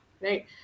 right